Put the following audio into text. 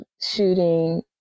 shooting